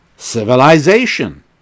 civilization